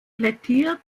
plädiert